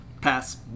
Pass